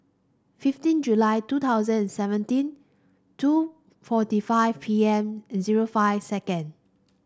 fifteen July two thousand and seventeen two forty seven P M zero five second